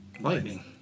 lightning